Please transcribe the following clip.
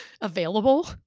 available